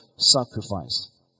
Sacrifice